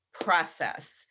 process